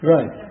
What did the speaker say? Right